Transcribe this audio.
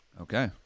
Okay